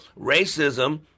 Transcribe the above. Racism